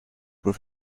with